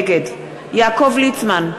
נגד יעקב ליצמן,